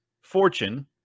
fortune